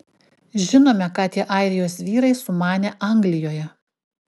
žinome ką tie airijos vyrai sumanė anglijoje